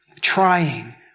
trying